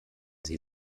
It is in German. sie